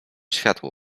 światło